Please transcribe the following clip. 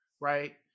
right